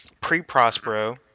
pre-Prospero